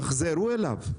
תחזרו אליו.